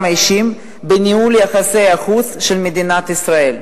אישים בניהול יחסי החוץ של מדינת ישראל.